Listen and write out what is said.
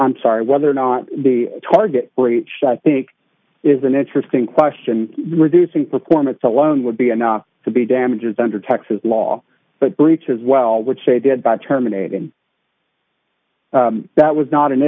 i'm sorry whether or not the target or aged i think is an interesting question reducing performance alone would be enough to be damaged under texas law but breach as well which they did by terminating that was not an